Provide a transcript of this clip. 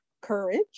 courage